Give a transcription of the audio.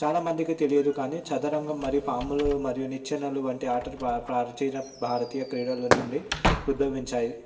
చాలా మందికి తెలియదు కానీ చదరంగం మరి పాములు మరియు నిచ్చెనలు వంటి ఆటలు బార భారతీయ భారతీయ క్రీడల నుండి ఉద్భవించాయి